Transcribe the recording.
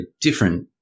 different